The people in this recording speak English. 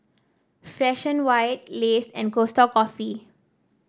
Fresh And White Lays and Costa Coffee